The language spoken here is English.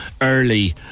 early